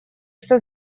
что